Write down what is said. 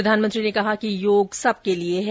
प्रधानमंत्री ने कहा कि योग सबके लिये है